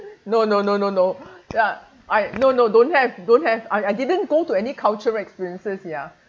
no no no no no ya I no no don't have don't have I I didn't go to any culture experiences